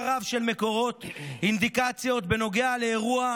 רב של מקורות אינדיקציות בנוגע לאירוע,